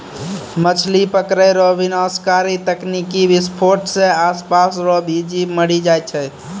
मछली पकड़ै रो विनाशकारी तकनीकी विसफोट से आसपास रो भी जीब मरी जाय छै